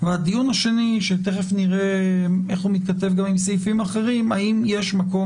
והדיון השני שנראה תכף איך הוא מתכתב עם סעיפים אחרים האם יש מקום